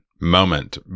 moment